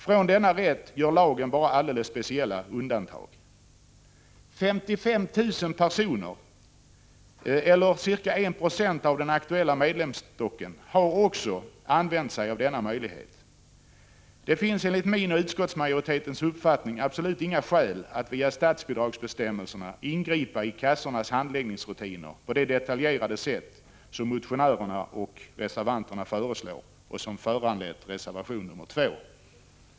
Från denna rätt gör lagen bara alldeles speciella undantag. 55 000 personer eller ca 1 20 av den aktuella medlemsstocken har också använt sig av denna möjlighet. Det finns enligt min och utskottsmajoritetens uppfattning absolut inga skäl att via statsbidragsbestämmelserna ingripa i kassornas handläggningsrutiner på det detaljerade sätt som motionärerna och reservanterna föreslår och som förordas i reservation nr 2.